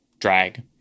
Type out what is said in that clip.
drag